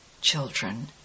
Children